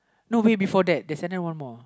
no way before that there's another one more